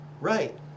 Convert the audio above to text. Right